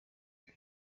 isi